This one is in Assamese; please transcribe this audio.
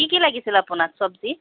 কি কি লাগিছিল আপোনাক চব্জি